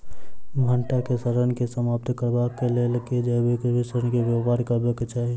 भंटा केँ सड़न केँ समाप्त करबाक लेल केँ जैविक मिश्रण केँ व्यवहार करबाक चाहि?